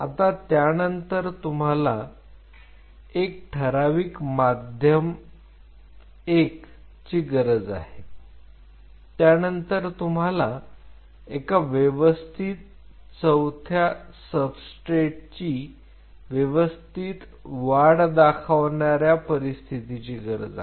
आता त्यानंतर तुम्हाला एक ठराविक माध्यम I ची गरज आहे त्यानंतर तुम्हाला एका व्यवस्थित चौथ्या सब स्ट्रेट ची व्यवस्थित वाढ दाखवणाऱ्या परिस्थितीची गरज आहे